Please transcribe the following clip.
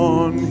on